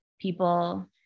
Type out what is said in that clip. People